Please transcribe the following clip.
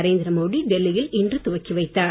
நரேந்திரமோடி டெல்லியில் இன்று துவக்கி வைத்தார்